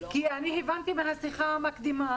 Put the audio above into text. כי אני הבנתי בשיחה מקדימה,